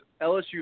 LSU